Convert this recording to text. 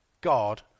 God